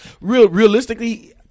realistically